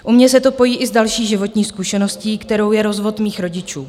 U mě se to pojí i s další životní zkušeností, kterou je rozvod mých rodičů.